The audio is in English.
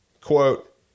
quote